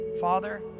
Father